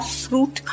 fruit